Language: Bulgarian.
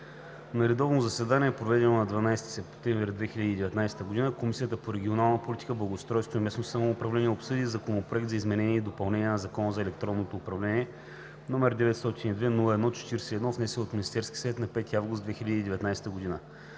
На редовно заседание, проведено на 12 септември 2019 г., Комисията по регионална политика, благоустройство и местно самоуправление обсъди Законопроект за изменение и допълнение на Закона за електронното управление, № 902-01-41, внесен от Министерския съвет на 5 август 2019 г.